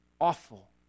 awful